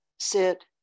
sit